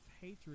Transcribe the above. hatred